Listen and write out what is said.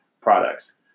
products